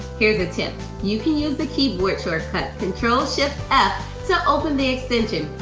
here's a tip, you can use the keyboard shortcut, control, shift, f, to open the extension.